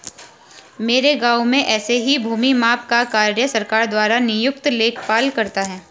मेरे गांव में ऐसे ही भूमि माप का कार्य सरकार द्वारा नियुक्त लेखपाल करता है